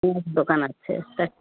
খুব দোকান আছে